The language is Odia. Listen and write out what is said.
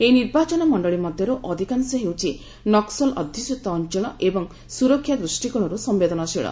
ଏହି ନିର୍ବାଚନମଣ୍ଡଳୀ ମଧ୍ୟରୁ ଅଧିକାଂଶ ହେଉଛି ନକ୍ୱଲ ଅଧ୍ୟୁଷିତ ଅଂଚଳ ଏବଂ ସୁରକ୍ଷା ଦୃଷ୍ଟିକୋଣରୁ ସମ୍ବେଦନଶୀଳ